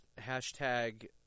Hashtag